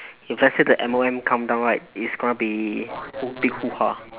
if let's say the M_O_M come down right it's gonna be hoo~ big hoo ha